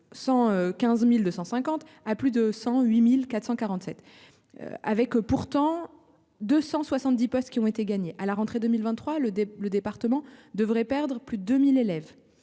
de 115.250 à plus de 108.447. Avec pourtant 270 postes qui ont été gagnées à la rentrée 2023, le, le département devrait perdre plus de 1000 élèves.